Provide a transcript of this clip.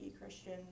Christian